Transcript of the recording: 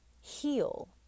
heal